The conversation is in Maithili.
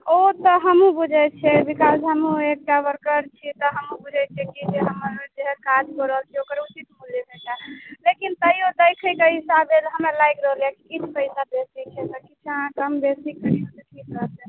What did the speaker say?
ओ तऽ हमहूँ बुझैत छियै बिकाउज हमहूँ एकटा वर्कर छियै तऽ हमहूँ बुझैत छियै कि जे हम मनुष्य यथार्थसँ जुड़ल छियै ओकरो किछु होइ के चाहीने लेकिन तैयो दैत छै ताहि हिसाबे ओ हमरा लागि रहलैए किछु तऽ उएह दैत छै किछु अहाँ कम बेसी